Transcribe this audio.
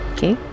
Okay